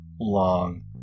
long